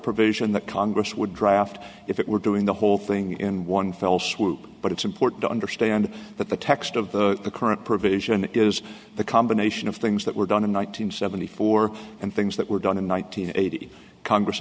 provision that congress would draft if it were doing the whole thing in one fell swoop but it's important to understand that the text of the current provision is the combination of things that were done in one nine hundred seventy four and things that were done in one nine hundred eighty congress